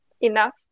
enough